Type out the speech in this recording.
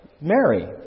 Mary